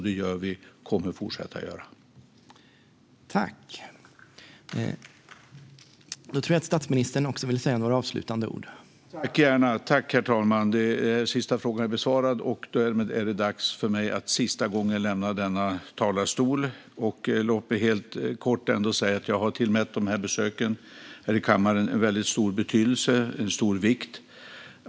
Det gör vi, och det kommer vi att fortsätta att göra. Herr talman! Den sista frågan är besvarad, och därmed är det dags för mig att lämna denna talarstol för sista gången. Låt mig helt kort säga att jag har tillmätt besöken här i kammaren stor betydelse och stor vikt.